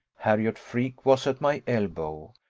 harriot freke was at my elbow,